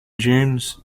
james